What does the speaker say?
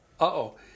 uh-oh